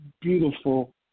beautiful